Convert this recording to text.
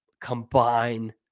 Combine